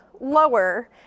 lower